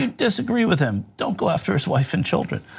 disagree with him, don't go after his wife and children.